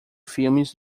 filmes